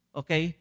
okay